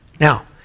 Now